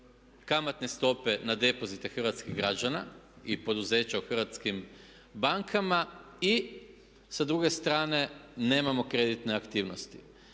kamatne stope na depozite hrvatskih građana i poduzeća u hrvatskim bankama i sa druge strane nemamo kreditne aktivnosti.